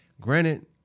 Granted